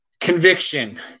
conviction